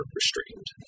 restrained